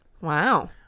Wow